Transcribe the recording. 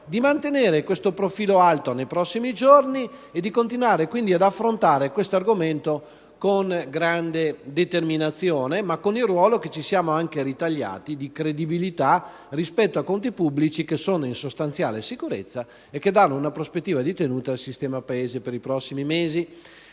di mantenere nei prossimi giorni un profilo alto e di continuare quindi ad affrontare tale argomento con grande determinazione e con la credibilità che ci siamo anche ritagliati rispetto a conti pubblici che sono in sostanziale sicurezza e che danno una prospettiva di tenuta al sistema Paese per i prossimi mesi.